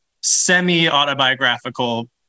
semi-autobiographical